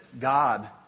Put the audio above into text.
God